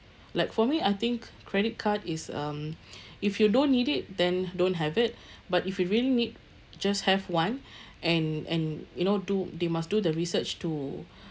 like for me I think credit card is um if you don't need it then don't have it but if you really need just have one and and you know do they must do the research to